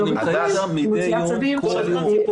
אנחנו נמצאים שם מידי יום, כל יום.